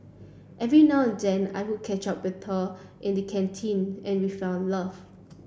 every now and then I would catch up with her in the canteen and we fell in love